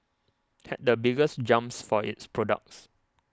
had the biggest jumps for its products